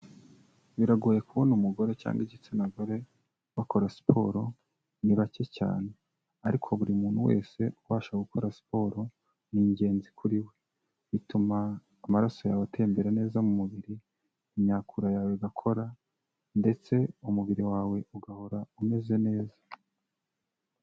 Biragoye kubona umugore cyangwa igitsina gore bakora siporo, ni bake cyane, ariko buri muntu wese ubasha gukora siporo ni ingenzi kuri we, bituma amaraso yawe atembera neza mu mubiri, imyakura yawe igakora, ndetse umubiri wawe ugahora umeze neza.